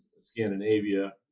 Scandinavia